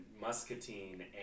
Muscatine